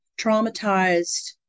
traumatized